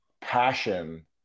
passion